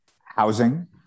housing